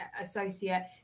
associate